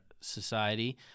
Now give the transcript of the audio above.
society